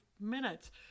minutes